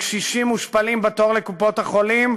קשישים מושפלים בתור לקופות-החולים,